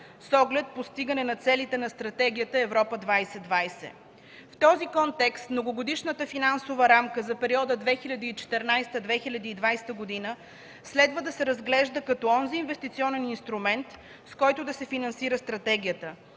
с оглед постигане на целите на Стратегия „Европа 2020”. В този контекст Многогодишната финансова рамка за периода 2014-2020 г. следва да се разглежда като онзи инвестиционен инструмент, с който да се финансира стратегията.